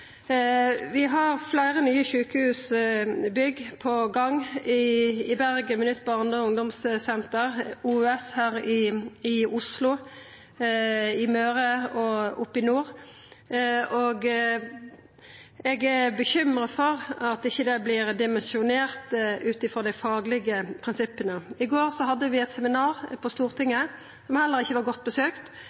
Vi har fleire nye sjukehusbygg på gang – i Bergen med nytt barne- og ungdomssenter, OUS her i Oslo, i Møre og oppe i nord – og eg er bekymra for at det ikkje vert dimensjonert ut frå dei faglege prinsippa. I går hadde vi eit seminar på Stortinget, som heller ikkje var godt besøkt.